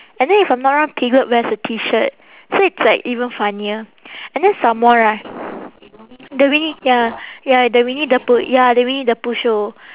and then if I'm not wrong piglet wears a T shirt so it's like even funnier and then some more right the winnie ya ya the winnie the pooh ya the winnie the pooh show